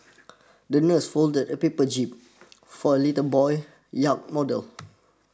the nurse folded a paper jib for little boy's yacht model